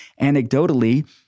anecdotally